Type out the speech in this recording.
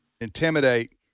intimidate